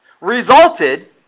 resulted